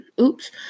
Oops